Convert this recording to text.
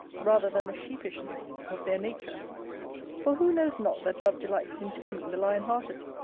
rather than the sheepishness of their nature for who knows not that love delights in taming the lion-hearted?